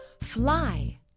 Fly